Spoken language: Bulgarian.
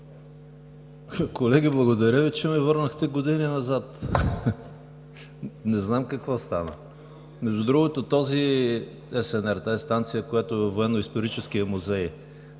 Колеги, благодаря Ви, че ме върнахте години назад. Не знам какво стана? Между другото, СНР станцията, която е във Военноисторическия музей